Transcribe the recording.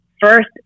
first